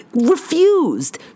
refused